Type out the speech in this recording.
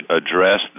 address